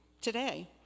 today